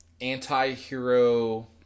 anti-hero